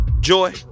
joy